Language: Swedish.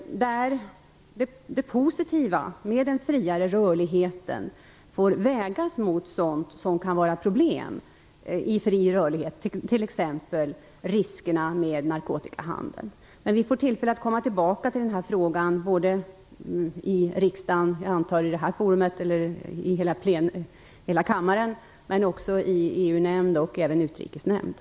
Det positiva med den friare rörligheten får vägas mot sådant som kan vara problem, t.ex. riskerna med narkotikahandeln. Vi får tillfälla att återkomma till frågan här i kammaren och också i EU-nämnden och även i Utrikesnämnden.